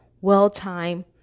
well-time